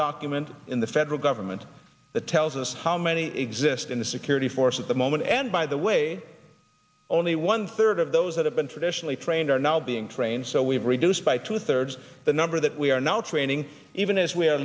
document in the federal government that tells us how many exist in the security force at the moment and by the way only one third of those that have been traditionally trained are now being trained so we've reduced by two thirds the number that we are now training even as we are